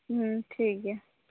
ᱴᱷᱤᱠ ᱜᱮᱭᱟ